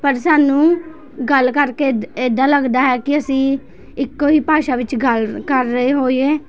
ਪਰ ਸਾਨੂੰ ਗੱਲ ਕਰਕੇ ਇੱਦ ਇੱਦਾਂ ਲੱਗਦਾ ਹੈ ਕਿ ਅਸੀਂ ਇੱਕੋ ਹੀ ਭਾਸ਼ਾ ਵਿੱਚ ਗੱਲ ਕਰ ਰਹੇ ਹੋਈਏ